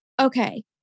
Okay